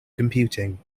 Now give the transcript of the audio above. computing